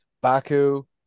Baku